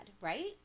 right